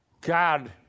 God